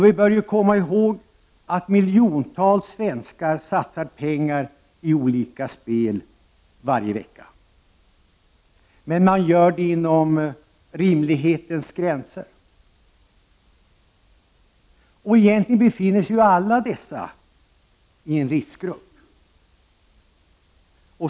Vi bör komma ihåg att miljontals svenskar varje vecka satsar pengar på olika spel. Men man gör det inom rimliga gränser. Egentligen tillhör alla dessa människor en riskgrupp.